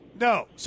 No